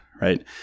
right